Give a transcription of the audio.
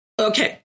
okay